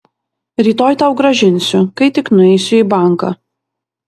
rytoj tau grąžinsiu kai tik nueisiu į banką